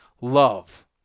love